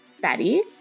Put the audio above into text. Betty